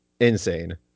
insane